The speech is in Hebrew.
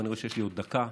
ואני רואה שיש לי עוד דקה